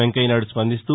వెంకయ్యనాయుడు స్పందిస్తూ